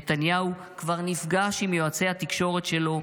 נתניהו כבר נפגש עם יועצי התקשורת שלו.